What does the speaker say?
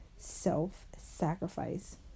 self-sacrifice